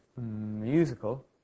musical